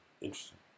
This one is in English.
interesting